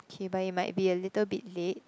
K but it might be a little bit late